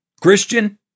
Christian